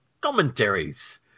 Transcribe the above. Commentaries